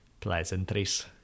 pleasantries